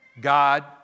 God